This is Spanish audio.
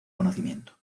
conocimiento